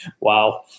Wow